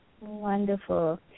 Wonderful